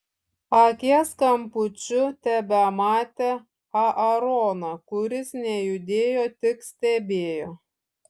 akies kampučiu tebematė aaroną kuris nejudėjo tik stebėjo